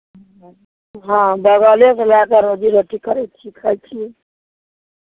हँ बगलेसँ ला कऽ रोजी रोटी करै छियै खाइत छियै